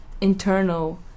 internal